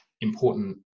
important